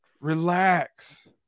relax